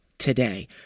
Today